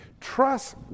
Trust